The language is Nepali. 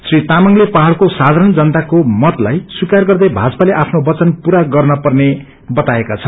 श्री तामंगले पहाइको साधारण जनताको मतलाई स्वीाकार गर्दै भाजपाले आफ्नो वचन पूरा गर्न पर्ने बताएका छन्